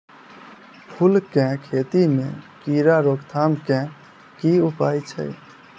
फूल केँ खेती मे कीड़ा रोकथाम केँ की उपाय छै?